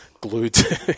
glued